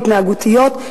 התנהגותיות,